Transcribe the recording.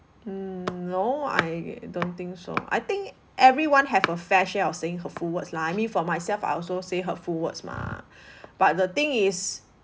mm no I don't think so I think everyone have a fair share of saying hurtful words lah I mean for myself I also say hurtful words mah but the thing is